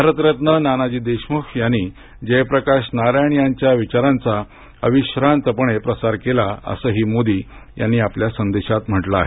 भारतरत्न नानाजी देशमुख यांनी जयप्रकाश नारायण यांच्या विचारांचा अविश्रांतपणे प्रसार केला असंही मोदी यांनी आपल्या संदेशात म्हटलं आहे